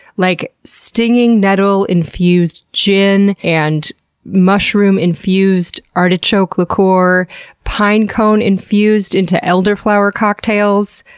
like stinging nettle-infused gin, and mushroom-infused artichoke liqueur, pinecone infused into elderflower cocktails,